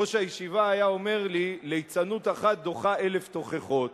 וראש הישיבה היה אומר לי: ליצנות אחת דוחה אלף תוכחות.